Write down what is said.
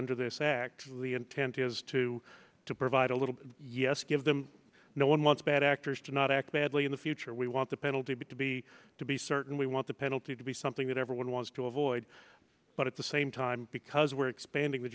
under this actually intent is to provide a little yes give them no one wants bad actors to not act badly in the future we want the penalty to be to be certain we want the penalty to be something that everyone wants to avoid but at the same time because we're expanding the